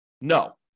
No